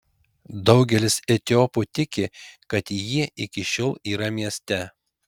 daugelis etiopų tiki kad ji iki šiol yra mieste